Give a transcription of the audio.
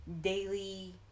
daily